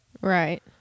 Right